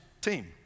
team